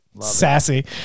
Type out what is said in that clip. Sassy